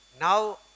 now